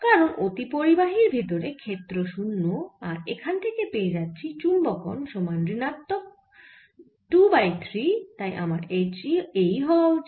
কারণ অতিপরিবাহীর ভেতরে ক্ষেত্র 0 আর এখানে থেকে পেয়ে যাছি চুম্বকন সমান ঋণাত্মক 2 বাই 3 তাই আমার H এই হওয়া উচিত